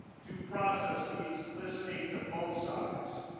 due process means listening to both sides.